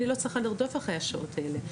אני לא צריכה לרדוף אחרי השעות האלה.